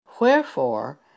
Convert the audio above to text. wherefore